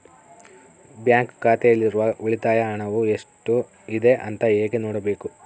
Bank ಖಾತೆಯಲ್ಲಿರುವ ಉಳಿತಾಯ ಹಣವು ಎಷ್ಟುಇದೆ ಅಂತ ಹೇಗೆ ನೋಡಬೇಕು?